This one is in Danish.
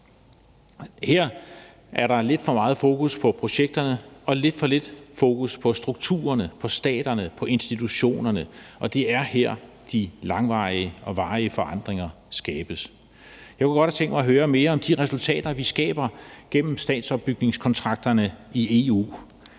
Her er der lidt for meget fokus på projekterne og lidt for lidt fokus på strukturerne, på staterne, på institutionerne, og det er her, de langvarige og varige forandringer skabes. Jeg kunne godt have tænkt mig at høre mere om de resultater, vi skaber gennem statsopbygningskontrakterne i EU.